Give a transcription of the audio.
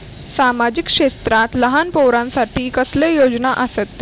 सामाजिक क्षेत्रांत लहान पोरानसाठी कसले योजना आसत?